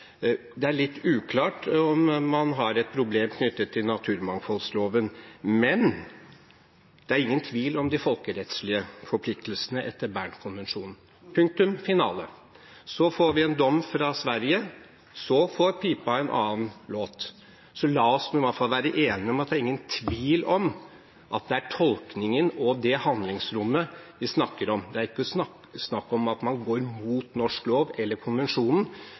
det ikke er noen tvil om de folkerettslige forpliktelsene etter Bern-konvensjonen – punktum finale. Så får vi en dom fra Sverige, og så får pipa en annen låt. Så la oss iallfall være enige om at det ikke er noen tvil om at det er tolkningen og det handlingsrommet vi snakker om. Det er ikke snakk om at man går mot norsk lov eller konvensjonen,